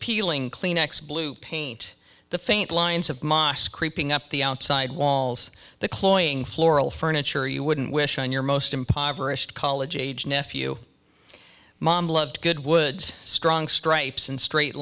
peeling kleenex blue paint the faint lines of ma scraping up the outside walls the cloying floral furniture you wouldn't wish on your most impoverished college age nephew mom loved good woods strong stripes and straight